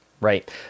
right